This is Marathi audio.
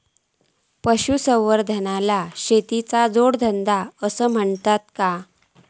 पशुसंवर्धनाक शेतीचो जोडधंदो आसा म्हणतत काय?